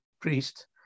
priest